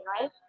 right